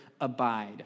abide